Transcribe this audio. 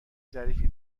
ظریفی